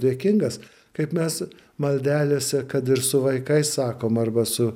dėkingas kaip mes maldelėse kad ir su vaikais sakom arba su